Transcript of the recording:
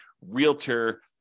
realtor